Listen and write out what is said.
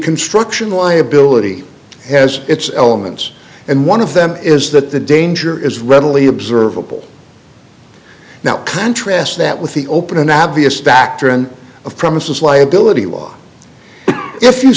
construction liability has its elements and one of them is that the danger is readily observable now contrast that with the open an obvious bactrian of premises liability law if you